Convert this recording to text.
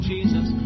Jesus